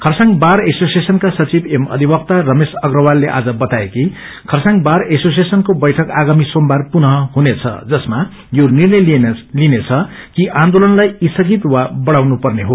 Kurseong bar एशोसिएशनका सचिव एवं अधिवक्ता रमेश अग्रवालले आज बताए कि खरसाङ बार एसोशिएशनको बैइक आगामी सोमबार पुनः हुनेद जसमा यो निग्रय लिइनेछ कि आन्दोलनलाई संगित वा बढ़ाउनु हो